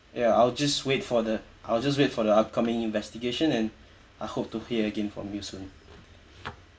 ya I'll just wait for the I'll just wait for the upcoming investigation and I hope to hear again from you soon